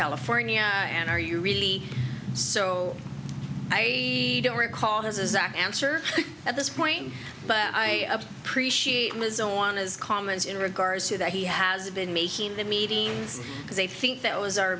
california and are you really so i don't recall his exact answer at this point but i appreciate was on his comments in regards to that he has been making the meetings because i think that was our